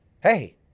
Hey